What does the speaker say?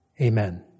Amen